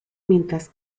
mientras